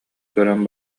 көрөн